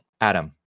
Adam